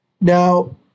Now